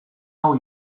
hau